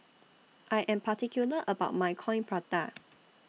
I Am particular about My Coin Prata